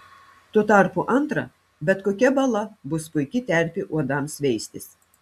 tuo tarpu antra bet kokia bala bus puiki terpė uodams veistis